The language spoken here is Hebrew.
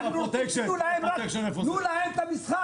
אנחנו רוצים שתיתנו להם רק את המסחר.